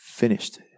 finished